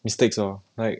mistakes or like